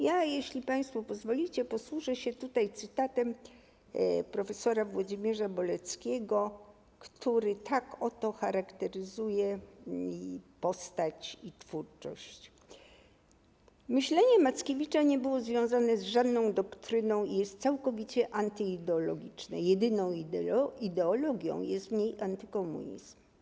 Jeśli państwo pozwolicie, posłużę się tutaj cytatem z prof. Włodzimierza Boleckiego, który tak oto charakteryzuje i postać, i twórczość: „Myślenie Mackiewicza nie było związane z żadną doktryną i jest całkowicie antyideologiczne (jedyną ideologią jest w niej antykomunizm)